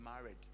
married